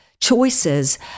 choices